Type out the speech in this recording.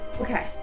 Okay